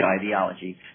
ideology